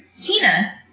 Tina